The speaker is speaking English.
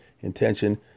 intention